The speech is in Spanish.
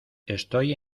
estoy